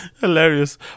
hilarious